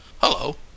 hello